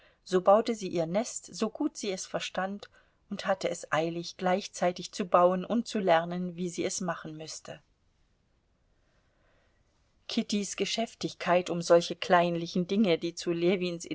so baute sie ihr nest so gut sie es verstand und hatte es eilig gleichzeitig zu bauen und zu lernen wie sie es machen müßte kittys geschäftigkeit um solche kleinlichen dinge die zu ljewins